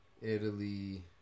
Italy